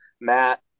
Matt